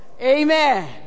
Amen